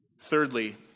Thirdly